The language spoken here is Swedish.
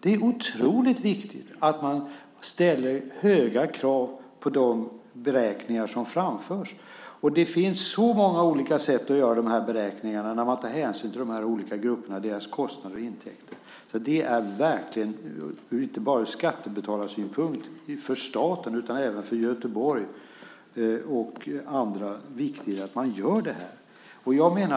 Det är otroligt viktigt att man ställer höga krav på de beräkningar som framförs. Det finns så många olika sätt att göra dessa beräkningar när man tar hänsyn till dessa olika grupper och deras kostnader och intäkter. Så det är verkligen inte bara viktigt ur skattebetalarsynpunkt för staten utan även för Göteborg och andra att man gör detta.